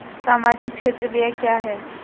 सामाजिक क्षेत्र व्यय क्या है?